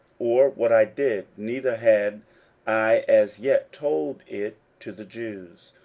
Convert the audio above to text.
or what i did neither had i as yet told it to the jews,